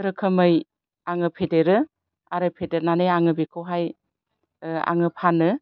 रोखोमै आङो फेदेरो आरो फेदेरनानै आङो बेखौहाय आङो फानो